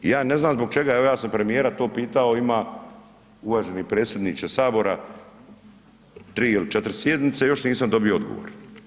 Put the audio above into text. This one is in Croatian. Ja ne znam, zbog čega, evo ja sam premijera to pitao, ima uvaženi predsjedniče Sabora, 3 ili 4 sjednice, još nisam dobio odgovor.